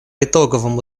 итоговому